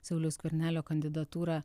sauliaus skvernelio kandidatūrą